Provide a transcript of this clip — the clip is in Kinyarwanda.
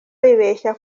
bibeshya